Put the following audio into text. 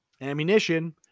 Ammunition